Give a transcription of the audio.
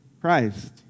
christ